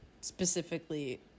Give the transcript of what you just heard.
specifically